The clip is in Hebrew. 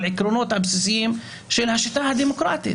על העקרונות הבסיסיים של השיטה הדמוקרטית.